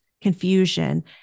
confusion